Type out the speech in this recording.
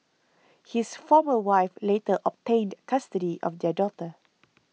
his former wife later obtained custody of their daughter